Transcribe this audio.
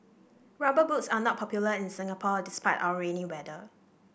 rubber boots are not popular in Singapore despite our rainy weather